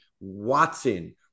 Watson